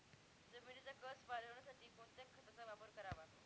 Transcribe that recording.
जमिनीचा कसं वाढवण्यासाठी कोणत्या खताचा वापर करावा?